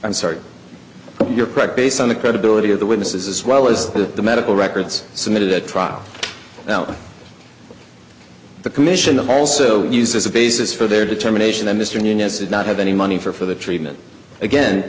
i'm sorry but your pride based on the credibility of the witnesses as well as the medical records submitted a trial now the commission also used as a basis for their determination that mr newness did not have any money for for the treatment again